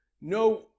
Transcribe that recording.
No